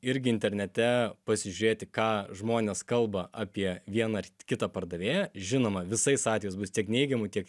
irgi internete pasižiūrėti ką žmonės kalba apie vieną ar kitą pardavėją žinoma visais atvejais bus tiek neigiamų tiek